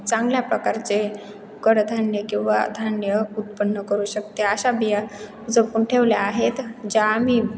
चांगल्या प्रकारचे कडधान्य किंवा धान्य उत्पन्न करू शकते अशा बिया जपून ठेवल्या आहेत ज्या आम्ही